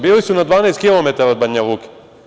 Bili su na 12 km od Banja Luke.